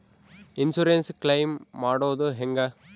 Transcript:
Insurance claim ಮಾಡೋದು ಹೆಂಗ?